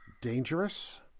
dangerous